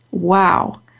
Wow